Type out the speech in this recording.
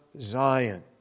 Zion